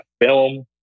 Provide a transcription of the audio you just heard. film